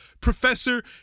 Professor